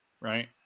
right